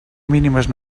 mínimes